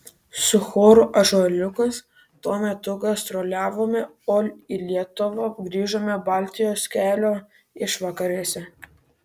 su choru ąžuoliukas tuo metu gastroliavome o į lietuvą grįžome baltijos kelio išvakarėse